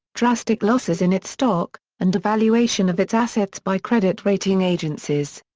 drastic losses in its stock, and devaluation of its assets by credit rating agencies.